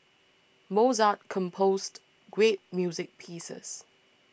Mozart composed great music pieces